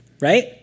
right